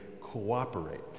cooperate